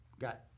got